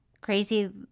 crazy